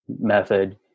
method